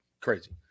crazy